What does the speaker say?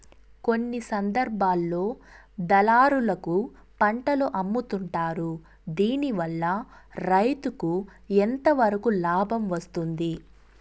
కొన్ని సందర్భాల్లో దళారులకు పంటలు అమ్ముతుంటారు దీనివల్ల రైతుకు ఎంతవరకు లాభం వస్తుంది?